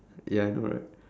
ya I know right